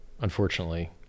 Unfortunately